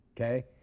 okay